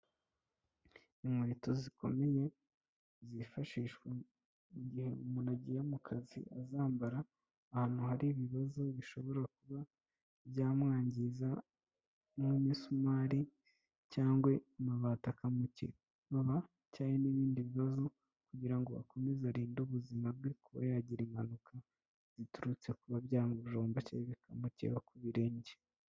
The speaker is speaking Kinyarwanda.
Inkweto zikomeye, zifashishwa igihe umuntu agiye mu kazi azambara ahantu hari ibibazo bishobora kuba byamwangiza n'imisumari cyangwa amabati akamukeba. Cyagwa n'ibindi bibazo, kugira ngo akomeze arinde ubuzima bwe kuba yagira impanuka ziturutse kuba byamujomba cyangwa bikamukeba ku birenge.